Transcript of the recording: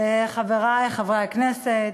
חברי חברי הכנסת,